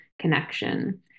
connection